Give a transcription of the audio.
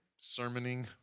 sermoning